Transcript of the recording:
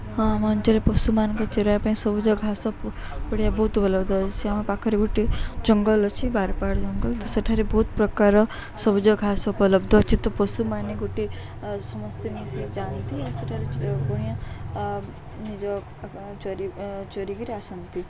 ହଁ ଆମ ଅଞ୍ଚଳରେ ପଶୁମାନଙ୍କ ଚରିବା ପାଇଁ ସବୁଜ ଘାସ ପିଡ଼ିଆ ବହୁତ ଉପଲବ୍ଧ ଅଛି ଆମ ପାଖରେ ଗୋଟେ ଜଙ୍ଗଲ ଅଛି ବାରପହାଡ଼ ଜଙ୍ଗଲ ତ ସେଠାରେ ବହୁତ ପ୍ରକାରର ସବୁଜ ଘାସ ଉପଲବ୍ଧ ଅଛି ତ ପଶୁମାନେ ଗୋଟେ ସମସ୍ତେ ମିଶ ଯାଆନ୍ତି ଆଉ ସେଠାରେ ବୁଣିଆ ନିଜ ଚରି ଚରିକିରି ଆସନ୍ତି